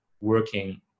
working